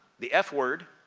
the f word.